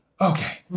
Okay